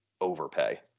overpay